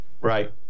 right